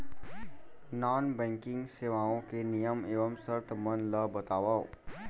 non banking सेवाओं के नियम एवं शर्त मन ला बतावव